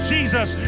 Jesus